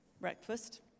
Breakfast